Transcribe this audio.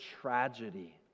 tragedy